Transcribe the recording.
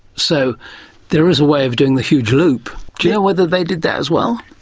so there is a way of doing the huge loop. do you know whether they do that as well?